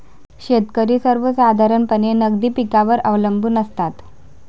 शेतकरी सर्वसाधारणपणे नगदी पिकांवर अवलंबून असतात